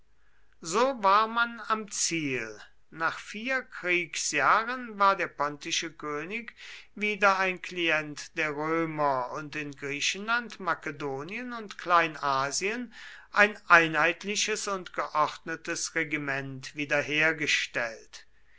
so war man am ziel nach vier kriegsjahren war der pontische könig wieder ein klient der römer und in griechenland makedonien und kleinasien ein einheitliches und geordnetes regiment wiederhergestellt